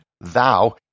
thou